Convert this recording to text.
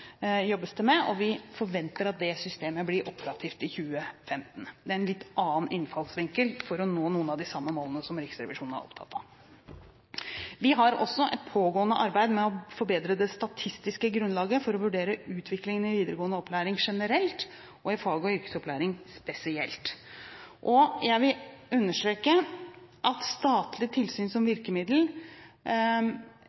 Vi forventer at det systemet blir operativt i 2015. Det er en litt annen innfallsvinkel for å nå noen av de samme målene som Riksrevisjonen er opptatt av. Vi har også et pågående arbeid med å forbedre det statistiske grunnlaget for å vurdere utviklingen i videregående opplæring generelt og i fag- og yrkesopplæring spesielt. Jeg vil understreke at statlig tilsyn som